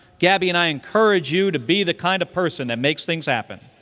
gabby and i encourage you to be the kind of person that makes things happen,